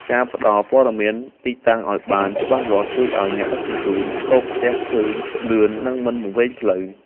ការផ្តល់ព័ត៌មានទីតាំងឱ្យបានច្បាស់លាស់ជួយឱ្យអ្នកដឹកជញ្ជូនរកផ្ទះឃើញលឿននិងមិនវង្វេងផ្លូវ។